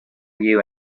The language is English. you